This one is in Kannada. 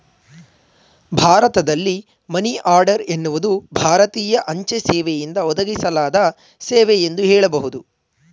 ಭಾರತದಲ್ಲಿ ಮನಿ ಆರ್ಡರ್ ಎನ್ನುವುದು ಭಾರತೀಯ ಅಂಚೆ ಸೇವೆಯಿಂದ ಒದಗಿಸಲಾದ ಸೇವೆ ಎಂದು ಹೇಳಬಹುದು